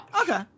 Okay